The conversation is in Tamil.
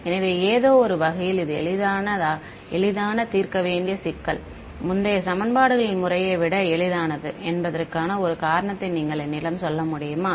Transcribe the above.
எனவே ஏதோ ஒரு வகையில் இது எளிதான தீர்க்க வேண்டிய சிக்கல் முந்தைய சமன்பாடுகளின் முறையை விட எளிதானது என்பதற்கான ஒரு காரணத்தை நீங்கள் என்னிடம் சொல்ல முடியுமா